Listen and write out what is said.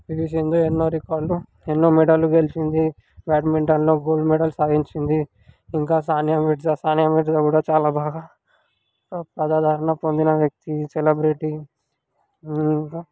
PV Sindhu ఎన్నో రికార్డులు ఎన్నో మెడల్లు గెలిచింది బ్యాడ్మింటన్లో గోల్డ్ మెడల్ సాధించింది ఇంకా సానియా మీర్జా సానియా మిర్జా కూడా బాగా ప్రజాదరణ పొందిన వ్యక్తి సెలబ్రిటీ ఇంకా